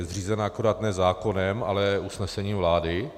Je zřízena akorát ne zákonem, ale usnesením vlády.